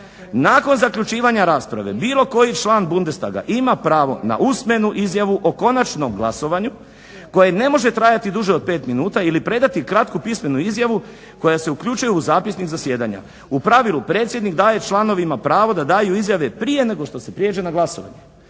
"Nakon zaključivanje rasprave bilo koji član Bundestaga ima pravo na usmenu izjavu o konačnom glasovanju koje ne može trajati duže od 5 minuta ili predati kratku pismenu izjavu koja se uključuje u zapisnik zasjedanja. U pravilu predsjednik daje pravo članovima da daju izjave prije nego što se prijeđe na glasovanje".